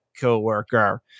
coworker